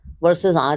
versus